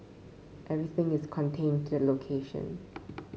everything is contained to the location